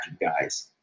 guys